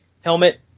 Helmet